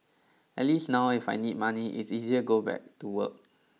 at least now if I need money it's easier go back to work